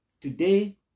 Today